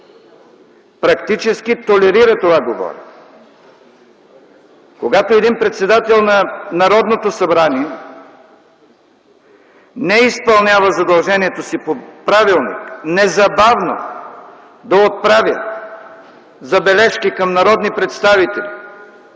практически толерира това говорене. Когато един председател на Народното събрание не изпълнява задължението си по правилник незабавно да отправи забележки към народни представители,